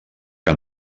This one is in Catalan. que